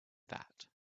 that